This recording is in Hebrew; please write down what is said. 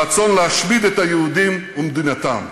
הרצון להשמיד את היהודים ומדינתם.